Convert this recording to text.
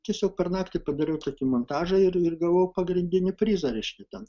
tiesiog per naktį padariau tokį montažą ir ir gavau pagrindinį prizą reiškia ten